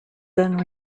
then